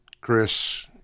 Chris